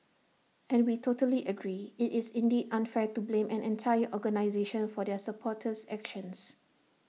and we totally agree IT is indeed unfair to blame an entire organisation for their supporters actions